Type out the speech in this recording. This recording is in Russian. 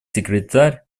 секретарь